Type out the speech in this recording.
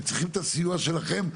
הם צריכים את הסיוע שלכם.